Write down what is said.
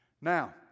Now